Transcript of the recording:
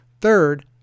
third